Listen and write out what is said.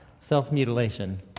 self-mutilation